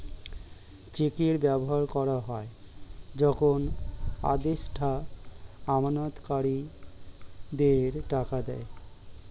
চেকের ব্যবহার করা হয় যখন আদেষ্টা আমানতকারীদের টাকা দেয়